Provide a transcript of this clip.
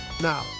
now